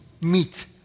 meet